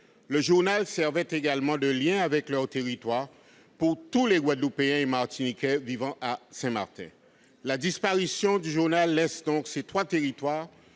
Le journal servait également de lien avec leur territoire pour tous les Guadeloupéens et Martiniquais vivant à Saint-Martin. La disparition du journal laisse donc ces trois territoires